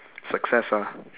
success ah